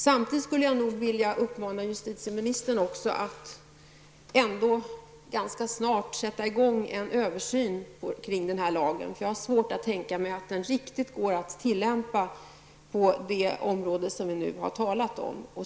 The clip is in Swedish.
Samtidigt vill jag uppmana justitieministern att ändå snart sätta i gång en översyn kring lagen. Jag har svårt att tänka mig att den riktigt går att tillämpa på det område som vi har talat om.